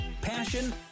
Passion